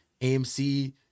AMC